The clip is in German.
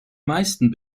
meisten